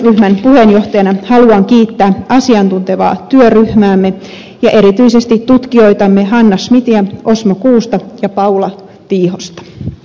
ohjausryhmän puheenjohtajana haluan kiittää asiantuntevaa työryhmäämme ja erityisesti tutkijoitamme hanna smithiä osmo kuusta ja paula tiihosta